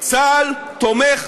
צה"ל תומך